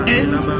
end